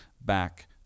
back